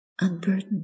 Unburdened